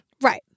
Right